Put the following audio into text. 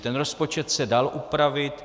Ten rozpočet se dal upravit.